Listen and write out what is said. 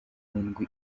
ndwi